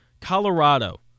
Colorado